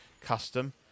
custom